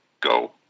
go